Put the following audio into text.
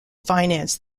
finance